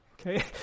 okay